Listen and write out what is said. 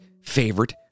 favorite